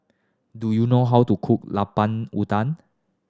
do you know how to cook Lemper Udang